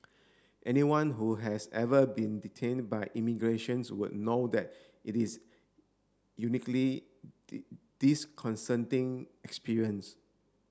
anyone who has ever been detained by immigrations would know that it is uniquely experience